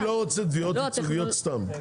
אני לא רוצה תביעות ייצוגיות סתם.